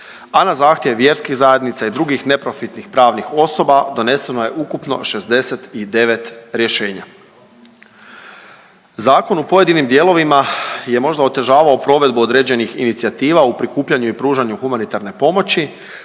a na zahtjev vjerskih zajednica i drugih neprofitnih pravnih osoba doneseno je ukupno 69 rješenja. Zakon u pojedinim dijelovima je možda otežavao provedbu određenih inicijativa u prikupljanju i pružanju humanitarne pomoći,